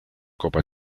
copa